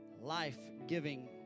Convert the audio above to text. life-giving